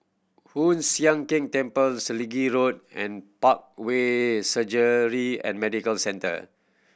Hoon Sian Keng Temple Selegie Road and Parkway Surgery and Medical Centre